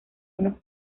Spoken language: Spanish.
unos